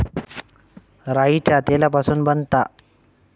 राईच्या तेलापासून बनता